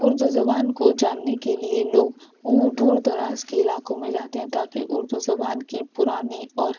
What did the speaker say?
اردو زبان کو جاننے کے لیے لوگ دور دراز کے علاقوں میں جاتے ہیں تا کہ اردو زبان کی پرانی اور